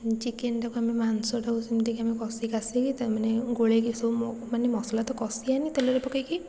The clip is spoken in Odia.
ଚିକେନ୍ଟାକୁ ଆମେ ମାଂସଟାକୁ ସେମିତିକି ଆମେ କଷିକାଷିକି ତାକୁ ମାନେ ଗୋଳେଇକି ମାନେ ମସଲା ତ କଷିବାନୀ ତେଲରେ ପକେଇକି